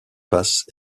passent